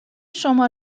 شما